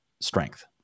strength